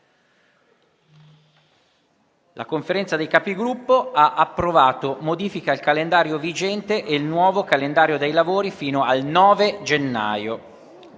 La Conferenza dei Capigruppo ha approvato modifiche al calendario vigente e il nuovo calendario dei lavori fino al 9 gennaio.